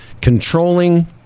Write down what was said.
controlling